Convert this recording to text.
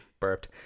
burped